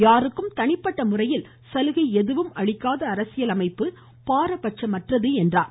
யாருக்கும் தனிப்பட்ட முறையில் சலுகை எதுவும் அளிக்காத அரசியல் அமைப்பு பாரபட்சமற்றது என்றார்